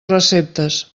receptes